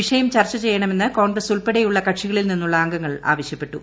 വിഷയം ചർച്ച ചെയ്യണമെന്ന് കോൺഗ്രസ് ഉൾപ്പെടെയുള്ള കക്ഷികളിൽ നിന്നുള്ള അംഗങ്ങൾ ആവശ്യപ്പെട്ടു